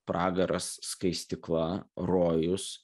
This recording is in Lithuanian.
pragaras skaistykla rojus